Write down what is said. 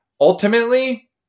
ultimately